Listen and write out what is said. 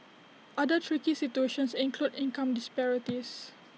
other tricky situations include income disparities